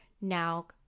now